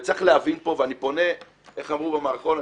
וצריך להבין פה, ואני פונה, איך אמרו במערכון?